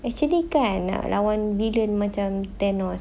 actually kan nak lawan villain macam thanos